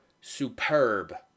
superb